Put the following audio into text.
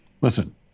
listen